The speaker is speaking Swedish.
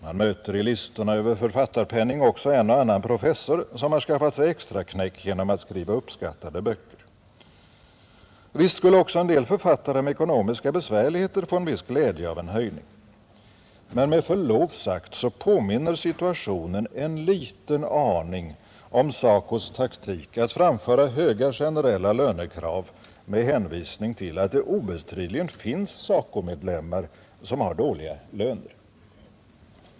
Man möter i listorna över författarpenning också en och annan professor, som skaffat sig extraknäck genom att skriva uppskattade böcker. Visst skulle också en del författare med ekonomiska besvärligheter få en viss glädje av en höjning. Men med förlov sagt påminner situationen en liten aning om SACO: taktik att framföra höga generella lönekrav med hänvisning till att det obestridligen finns SACO-medlemmar som har låga löner.